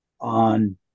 on